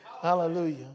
hallelujah